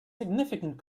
significant